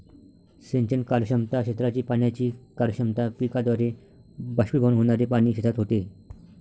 सिंचन कार्यक्षमता, क्षेत्राची पाण्याची कार्यक्षमता, पिकाद्वारे बाष्पीभवन होणारे पाणी शेतात होते